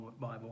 Bible